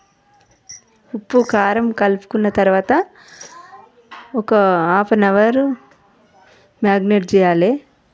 ఉప్పు కారం కలుపుకున్న తరువాత ఒక హాఫ్ అన్ అవర్ మారినేట్ చేయాలి